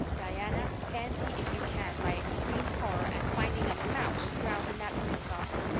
diana, fancy if you can my extreme horror at finding a mouse drowned in that pudding sauce!